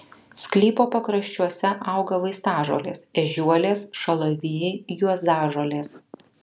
sklypo pakraščiuose auga vaistažolės ežiuolės šalavijai juozažolės